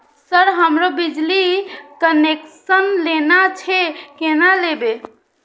Sir हमरो बिजली connection लेना छे केना लेबे?